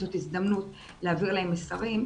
זאת הזדמנות להעביר להם מסרים.